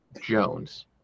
jones